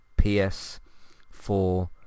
PS4